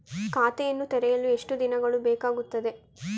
ಖಾತೆಯನ್ನು ತೆರೆಯಲು ಎಷ್ಟು ದಿನಗಳು ಬೇಕಾಗುತ್ತದೆ?